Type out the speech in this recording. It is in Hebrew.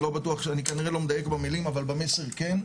אני כנראה לא מדייק במילים, אבל במסר כן.